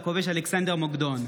הכובש אלכסנדר מוקדון.